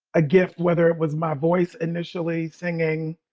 a gift, whether it was my voice initially singing